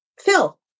Phil